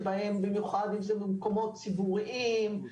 במיוחד אם זה מקומות ציבוריים.